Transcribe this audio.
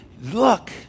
look